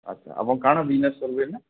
ଆଛା ଆପଣ କାଣା ବିଜନେସ୍ କରିବେ ଏଇନା